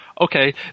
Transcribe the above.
okay